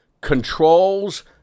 controls